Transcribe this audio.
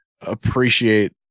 appreciate